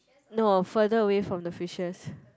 no further away from the fishes